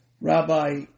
Rabbi